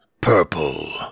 purple